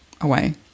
away